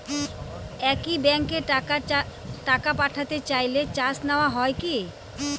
একই ব্যাংকে টাকা পাঠাতে চাইলে চার্জ নেওয়া হয় কি?